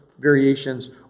variations